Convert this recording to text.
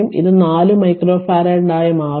ഇത് 4 മൈക്രോഫറാഡായി മാറും